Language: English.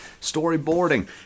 Storyboarding